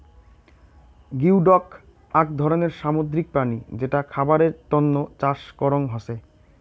geoduck আক ধরণের সামুদ্রিক প্রাণী যেটা খাবারের তন্ন চাষ করং হসে